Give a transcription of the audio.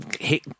hit